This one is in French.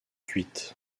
cuites